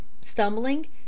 stumbling